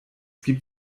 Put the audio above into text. gibt